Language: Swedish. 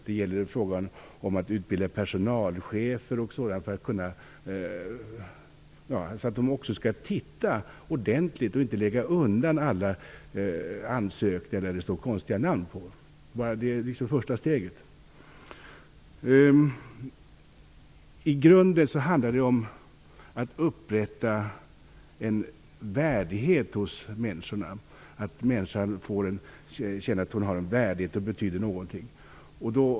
Det gäller frågan om att utbilda personalchefer etc., för att de skall gå igenom ansökningarna ordentligt och inte lägga undan alla som är undertecknade med konstiga namn. Bara det är ett första steg. I grunden handlar det om att upprätta en värdighet hos människorna, att människan känner att hon har en värdighet och betyder något.